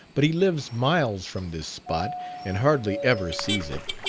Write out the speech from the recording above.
but he lives miles from this spot and hardly ever sees it.